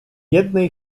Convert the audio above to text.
jednej